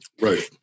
Right